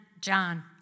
John